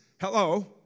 Hello